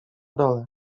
dole